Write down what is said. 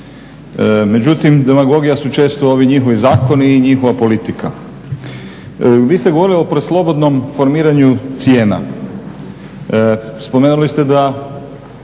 Međutim, demagogija su često ovi njihovi zakoni i njihova politika. Vi ste govorili o preslobodnom formiranju cijena. Spomenuli ste da